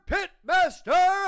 Pitmaster